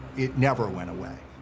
it never went away.